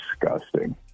disgusting